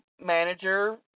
manager